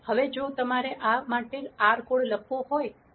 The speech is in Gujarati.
હવે જો તમારે આ માટે R કોડ લખવો હોય તો